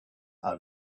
are